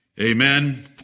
Amen